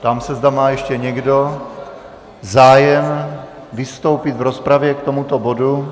Ptám se, zda má ještě někdo zájem vystoupit v rozpravě k tomuto bodu?